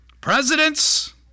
presidents